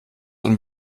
und